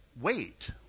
wait